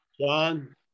john